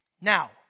Now